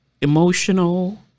emotional